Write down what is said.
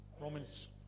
Romans